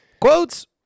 Quotes